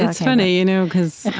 it's funny, you know because